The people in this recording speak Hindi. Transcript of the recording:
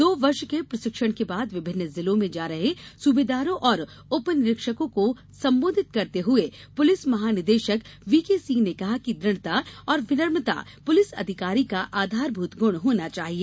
दो वर्ष के प्रशिक्षण के बाद विभिन्न जिलों में जा रहे सूबेदारों और उपनिरीक्षकों को संबोधित करते हुए पुलिस महानिदेशक वीकेसिंह ने कहा कि दृढ़ता और विनम्रता पुलिस अधिकारी का आधारभूत गुण होना चाहिए